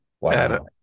Wow